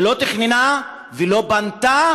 שלא תכננה ולא בנתה,